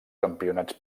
campionats